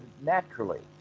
naturally